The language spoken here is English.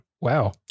wow